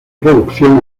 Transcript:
producción